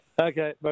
Okay